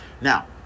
now